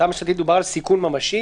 בהצעה הממשלתית דובר על "סיכון ממשי"